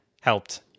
Helped